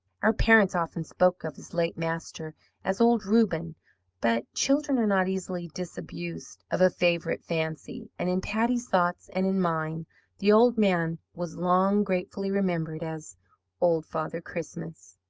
our parents often spoke of his late master as old reuben but children are not easily disabused of a favourite fancy, and in patty's thoughts and in mine the old man was long gratefully remembered as old father christmas.